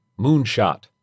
Moonshot